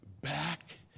back